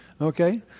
Okay